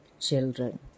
children